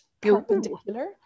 perpendicular